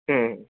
হুম